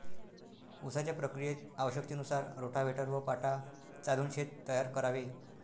उसाच्या प्रक्रियेत आवश्यकतेनुसार रोटाव्हेटर व पाटा चालवून शेत तयार करावे